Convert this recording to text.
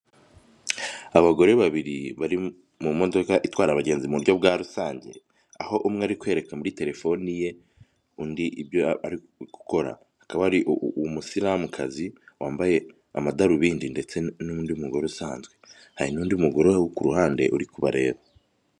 Abagore babiri bari mu modoka itwara abagenzi mu buryo bwa rusange, aho umwe ari kwereka muri telefoni ye undi ibyo ari gukora, hakaba hari umusilamukazi wambaye amadarubindi, ndetse n'undi mugore usanzwe, hari n'undi mugore uri aho ku ruhande uri kubareba,